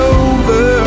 over